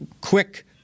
quick